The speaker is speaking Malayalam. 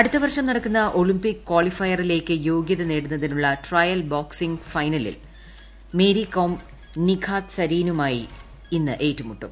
അടുത്തവർഷം നടക്കുന്ന ഒളിമ്പിക് കാളിഫയറിലേക്ക് യോഗൃത നേടുന്നതിനുള്ള ട്രയൽ ബോക്സിംഗ് ഫൈനലിൽ മേരികോം നിഖാദ് സരീനുമായി ഇന്ന് ഏറ്റുമുട്ടും